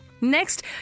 Next